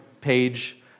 page